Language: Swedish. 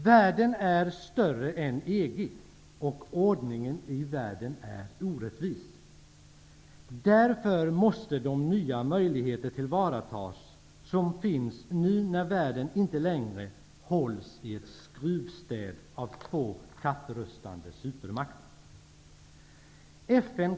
Världen är större än EG, och ordningen i världen är orättvis. Därför måste de nya möjligheter, som nu finns när världen inte längre hålls i ett skruvstäd av två kapprustande supermakter, tillvaratas.